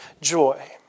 joy